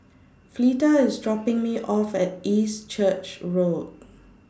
Fleeta IS dropping Me off At East Church Road